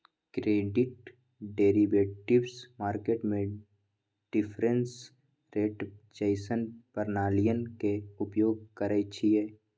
credit derivatives market में difference rate जइसन्न प्रणालीइये के उपयोग करइछिए